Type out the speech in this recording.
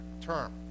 term